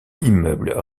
immeuble